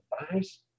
advice